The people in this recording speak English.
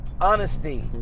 Honesty